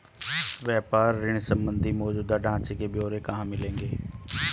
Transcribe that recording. व्यापार ऋण संबंधी मौजूदा ढांचे के ब्यौरे कहाँ मिलेंगे?